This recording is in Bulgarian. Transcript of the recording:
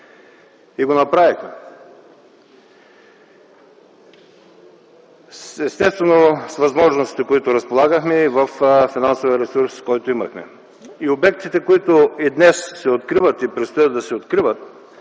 и го направих, естествено с възможностите, с които разполагахме, и с финансовия ресурс, който имахме. Обектите, които днес се откриват и предстои да се откриват